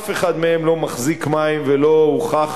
ואף אחת מהן לא מחזיקה מים ולא הוכחה